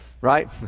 right